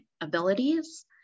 abilities